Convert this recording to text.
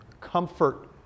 Comfort